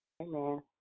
Amen